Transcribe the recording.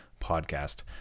Podcast